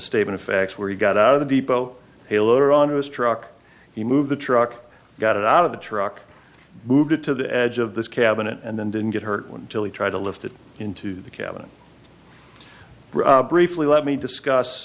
statement of facts where he got out of the depot haloed on his truck he moved the truck got it out of the truck moved it to the edge of this cabin and then didn't get hurt when tillie tried to lift it into the cabin briefly let me discuss